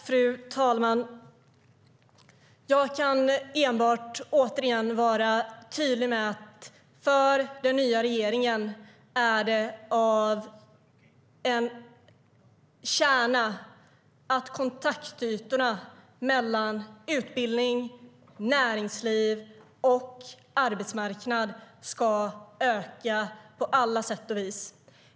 Fru talman! Jag kan återigen enbart vara tydlig med att för den nya regeringen är det en kärnfråga att kontaktytorna mellan utbildning, näringsliv och arbetsmarknad ska öka på alla sätt och vis.